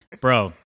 Bro